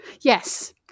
yes